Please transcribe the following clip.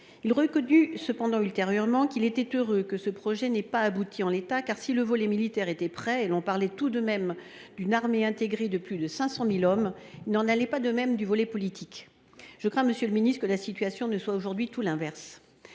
Il reconnut ultérieurement qu’il était heureux que ce projet n’ait pas abouti en l’état, car, si le volet militaire était prêt – et l’on parlait tout de même d’une armée intégrée de plus de 500 000 hommes –, il n’en allait pas de même du volet politique. Je crains, monsieur le ministre, que ce ne soit aujourd’hui l’inverse.